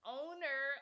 owner